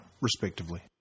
respectively